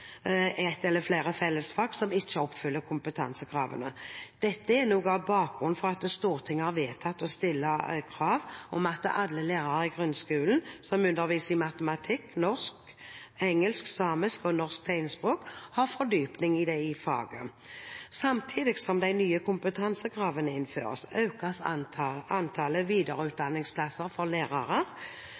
som ikke oppfyller kompetansekravene. Dette er noe av bakgrunnen for at Stortinget har vedtatt å stille krav om at alle lærere i grunnskolen som underviser i matematikk, norsk, engelsk, samisk og norsk tegnspråk, har fordypning i det faget. Samtidig som de nye kompetansekravene innføres, økes antallet videreutdanningsplasser for lærere.